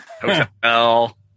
hotel